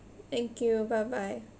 thank you bye bye